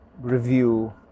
review